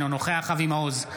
אינו נוכח אבי מעוז,